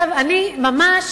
אני ממש